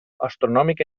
astronòmica